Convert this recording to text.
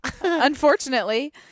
Unfortunately